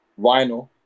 vinyl